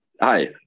Hi